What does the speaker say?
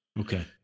Okay